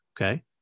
okay